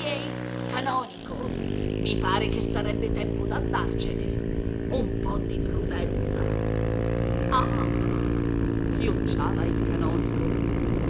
canonico i pare che sarebbe tempo d'andarcene un po di prudenza ah ah ah ah chiocciava il canonico